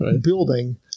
building